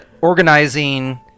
organizing